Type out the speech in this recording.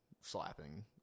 slapping